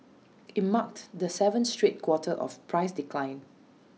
IT marked the seventh straight quarter of price decline